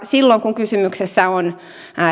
silloin kun kysymyksessä on